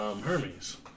Hermes